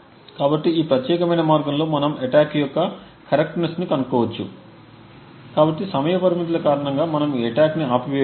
కాబట్టి ఈ ప్రత్యేకమైన మార్గంలో మనం అటాక్ యొక్క కరెక్ట్ నెస్ని కనుగొనవచ్చు కాబట్టి సమయ పరిమితుల కారణంగా మనం ఈ అటాక్ ని ఆపివేయవచ్చు